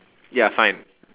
ya fine